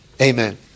Amen